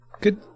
good